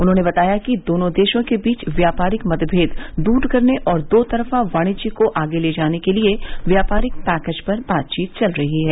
उन्होने बताया कि दोनों देशों के बीच व्यापारिक मतभेद दूर करने और दोतरफा वाणिज्य को आगे ले जाने के लिए व्यापारिक पैकेज पर बातचीत चल रही है